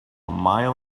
mile